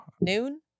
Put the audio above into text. Noon